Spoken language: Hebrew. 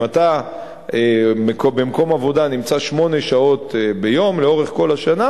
אם אתה במקום עבודה נמצא שמונה שעות ביום לאורך כל השנה,